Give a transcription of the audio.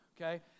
Okay